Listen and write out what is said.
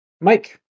Mike